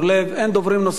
אין דוברים נוספים.